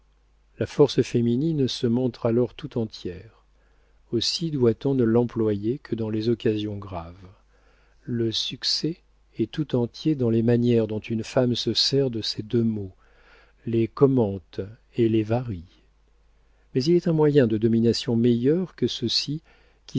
la force féminine se montre alors tout entière aussi doit-on ne l'employer que dans les occasions graves le succès est tout entier dans les manières dont une femme se sert de ces deux mots les commente et les varie mais il est un moyen de domination meilleur que ceux-ci